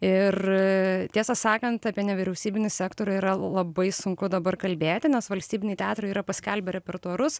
ir tiesą sakant apie nevyriausybinį sektorių yra labai sunku dabar kalbėti nes valstybiniai teatrai yra paskelbę repertuarus